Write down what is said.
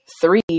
three